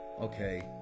Okay